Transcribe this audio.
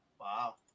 Wow